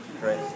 right